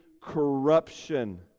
corruption